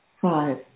five